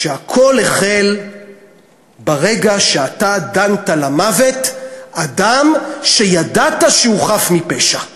שהכול החל ברגע שאתה דנת למוות אדם שידעת שהוא חף מפשע.